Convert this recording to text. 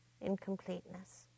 incompleteness